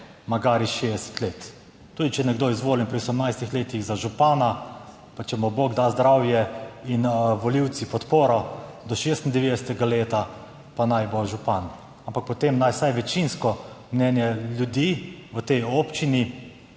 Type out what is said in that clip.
magari 60 let. Tudi če je nekdo izvoljen pri 18. letu za župana pa če mu bog da zdravje in volivci podporo do 96. leta, pa naj bo župan. Ampak potem naj vsaj večinsko mnenje ljudi v tej občini,